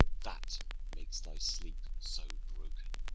that makes thy sleep so broken